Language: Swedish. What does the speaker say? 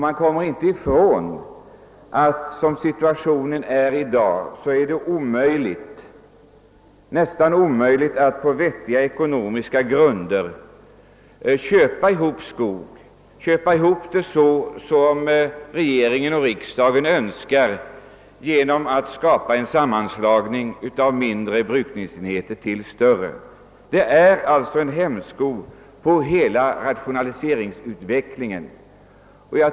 Man kommer inte ifrån att som situationen i dag är, så är det nästan omöjligt att på vettiga ekonomiska grunder köpa ihop skog på det sätt som regering och riksdag önskar för att därigenom få fram större brukningsenheter. Detta utgör en hämsko på hela rationaliseringsutvecklingen.